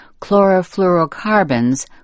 chlorofluorocarbons